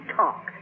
talk